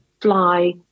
fly